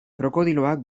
krokodiloak